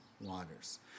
waters